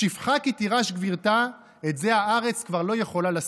"ושפחה כי תירש גברתה" את זה הארץ כבר לא יכולה לשאת,